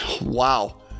Wow